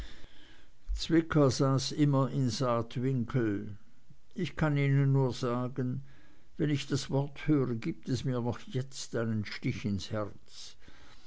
saß immer in saatwinkel ich kann ihnen nur sagen wenn ich das wort höre gibt es mir noch jetzt einen stich ins herz